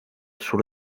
sur